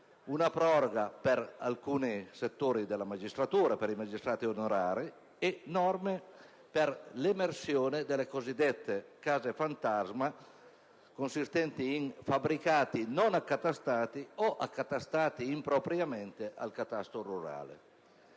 una proroga per alcuni settori della magistratura, per i magistrati onorari e norme per l'emersione delle cosiddette case fantasma consistenti in fabbricati non accatastati o accatastati impropriamente al catasto rurale.